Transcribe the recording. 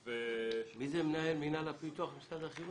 מי זה מנהל מינהל הפיתוח במשרד החינוך?